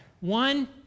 One